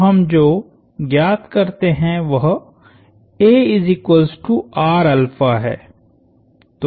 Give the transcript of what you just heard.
तो हम जो ज्ञात करते हैं वह है